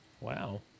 Wow